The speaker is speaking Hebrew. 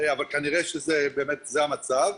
אבל כנראה שזה באמת המצב,